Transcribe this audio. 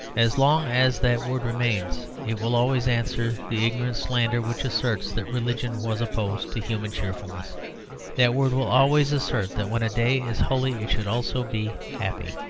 as long as that word remains, it will always answer the ignorant slander which asserts that religion was opposed to human cheerfulness that word will always assert that when a day is holy it should also be happy.